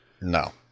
No